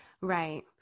Right